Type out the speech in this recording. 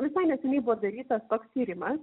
visai neseniai buvo darytas toks tyrimas